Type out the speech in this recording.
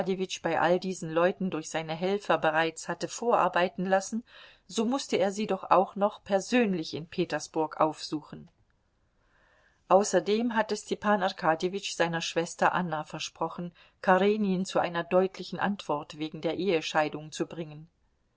bei all diesen leuten durch seine helfer bereits hatte vorarbeiten lassen so mußte er sie doch auch noch persönlich in petersburg aufsuchen außerdem hatte stepan arkadjewitsch seiner schwester anna versprochen karenin zu einer deutlichen antwort wegen der ehescheidung zu bringen